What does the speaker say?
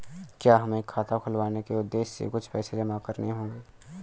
क्या हमें खाता खुलवाने के उद्देश्य से कुछ पैसे जमा करने होंगे?